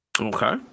Okay